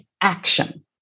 action